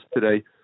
today